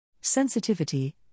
Sensitivity